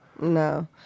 No